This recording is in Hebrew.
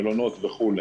מלונות וכו'.